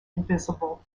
invisible